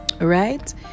right